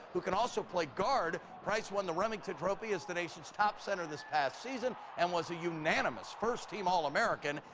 who can also play guard price won the remington trophy as the nation's top center this past season and was a unanimous first-team all-american.